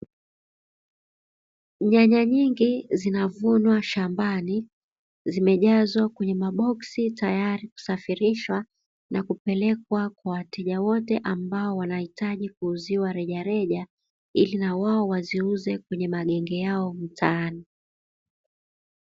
Nyanya nyingi zinavunwa shambani zimejazwa kwenye maboksi tayari kusafirishwa, na kupelekwa kwa wateja wote ambao wananahitaji kuuziwa rejareja, ili na wao waweze kuziuza kwenye magenge yao mtaani.